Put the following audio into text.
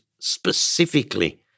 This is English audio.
specifically